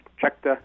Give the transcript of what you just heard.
checked